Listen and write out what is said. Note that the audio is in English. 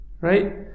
right